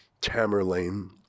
Tamerlane